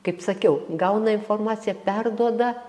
kaip sakiau gauna informaciją perduoda